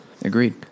Agreed